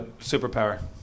Superpower